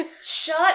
Shut